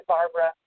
Barbara